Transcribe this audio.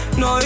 no